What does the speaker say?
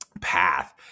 path